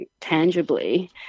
tangibly